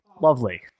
Lovely